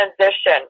transition